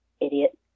Idiot